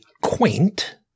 quaint